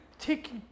Take